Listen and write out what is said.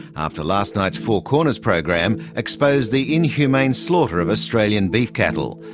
after last night's four corners program exposed the inhumane slaughter of australian beef cattle.